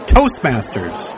Toastmasters